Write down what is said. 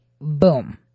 boom